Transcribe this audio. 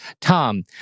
Tom